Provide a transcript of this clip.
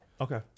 Okay